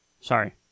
Sorry